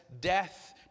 death